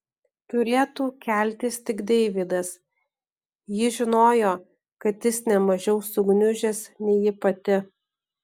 turėtų keltis tik deividas ji žinojo kad jis ne mažiau sugniužęs nei ji pati